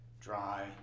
dry